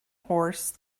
horse